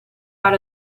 out